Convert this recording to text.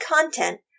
content